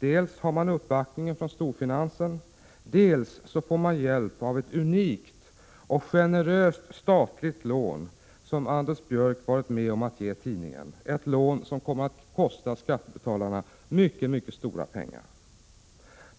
Dels har man uppbackningen från storfinansen, dels får man hjälp av ett unikt och generöst statligt lån som Anders Björck var med om att ge tidningen — ett lån som kommer att kosta skattebetalarna mycket stora pengar.